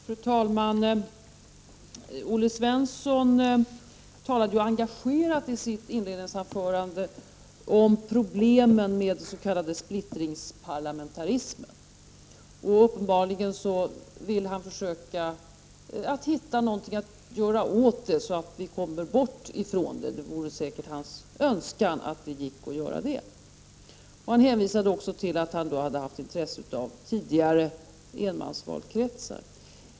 Fru talman! Olle Svensson talade i sitt inledningsanförande engagerat om problemen med den s.k. splittringsparlamentarismen. Uppenbarligen vill han försöka hitta någonting som gör att vi kommer bort från den. Det är säkert hans önskan att det gick att göra det. Han hänvisade också till att han tidigare hade intresserat sig för enmansvalkretsar.